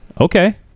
Okay